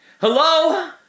Hello